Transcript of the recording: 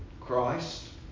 Christ